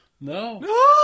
No